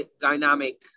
dynamic